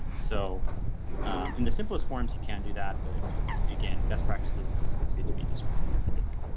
so in the simplest forms, you can't do that, but again, best practices, it's it's good to be discrete, i think.